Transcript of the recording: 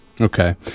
Okay